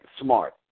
Smart